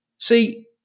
See